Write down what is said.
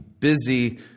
busy